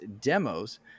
demos